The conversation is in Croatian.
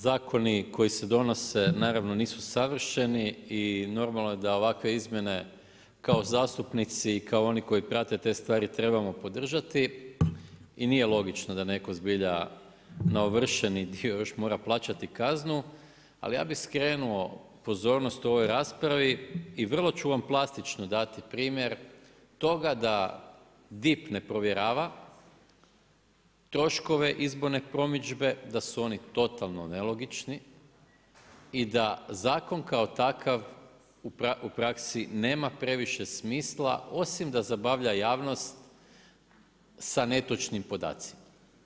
Zakoni koji se donose naravno, nisu savršeni i normalno je da ovakve izmjene kao zastupnici i kao oni koji prate te stvari trebamo podržati i nije logično da netko zbilja na ovršeni dio još mora plaćati kaznu ali ja bi skrenuo pozornost u ovoj raspravi i vrlo ću vam plastično dati primjer toga da DIP ne provjerava troškove izborne promidžbe, da su oni totalno nelogični, i da zakon kao takav u praksi nema previše smisla osim da zabavlja javnost sa netočnim podacima.